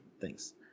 Thanks